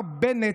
פריג'.